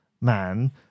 man